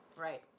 Right